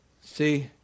See